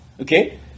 Okay